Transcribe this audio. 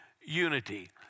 unity